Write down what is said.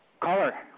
caller